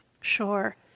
Sure